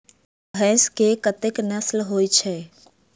भैंस केँ कतेक नस्ल होइ छै?